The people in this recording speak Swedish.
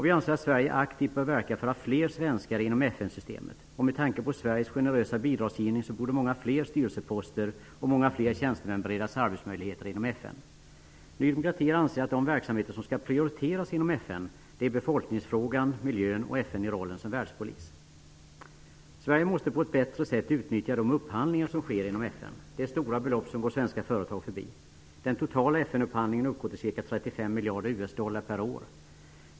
Vi anser att Sverige aktivt bör verka för fler svenskar inom FN-systemet. Med tanke på Sveriges generösa bidragsgivning borde många fler styrelseposter och många fler tjänstemän beredas arbetsmöjligheter inom FN. Ny demokrati anser att de verksamheter som skall prioriteras inom FN är befolkningsfrågan, miljön och FN i rollen som världspolis. Sverige måste på ett bättre sätt utnyttja de upphandlingar som sker inom FN. Det är stora belopp som går svenska företag förbi. Den totala FN-upphandlingen uppgår till ca 35 miljarder USD per år.